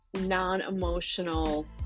non-emotional